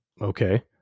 Okay